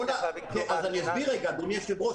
אז אני אסביר רגע, אדוני היושב-ראש.